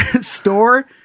store